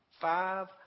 five